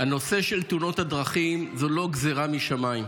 הנושא של תאונות הדרכים הוא לא גזרה משמיים.